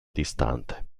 distante